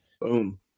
Boom